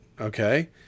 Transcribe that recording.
okay